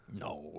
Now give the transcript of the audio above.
No